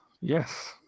yes